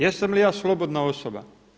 Jesam li ja slobodna osoba?